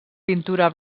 pintura